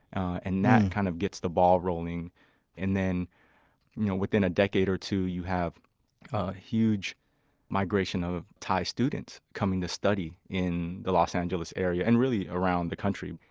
and that kind of gets the ball rolling and then you know within a decade or two you have a huge migration of thai students coming to study in the los angeles area and around the country.